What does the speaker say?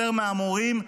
יותר מהמורים,